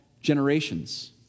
generations